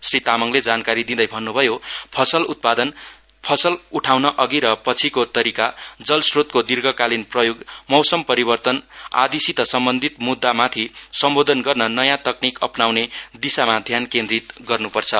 श्री तामाङले जानकारी दिँदै भन्नुभयो फसल उत्पादन फलस उठाउने अघि र पछिको तरिकाजल श्रोतको दिर्घकालिन प्रयोग मौसम परिवर्तन आदिसित सम्बोधन गर्न नयाँ तकनिक अपनाउने दिशामा ध्यान केन्द्रित गर्नुपर्छ